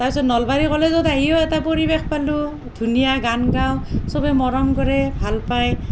তাৰ পিছত নলবাৰীৰ কলেজত আহিও এটা পৰিৱেশ পালোঁ ধুনীয়া গান গাওঁ চবেই মৰম কৰে ভাল পায়